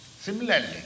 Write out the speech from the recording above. Similarly